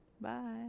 Bye